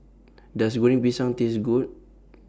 Does Goreng Pisang Taste Good